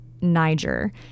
Niger